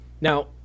Now